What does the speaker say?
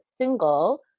single